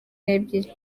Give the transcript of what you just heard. n’ebyiri